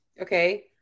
okay